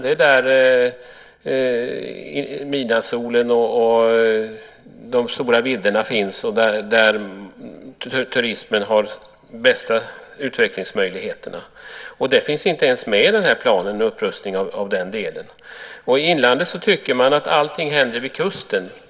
Det är där midnattssolen och de stora vidderna finns och där turismen har de bästa utvecklingsmöjligheterna. Upprustning av den delen finns inte ens med i den här planen. I inlandet tycker man att allting händer vid kusten.